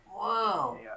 Wow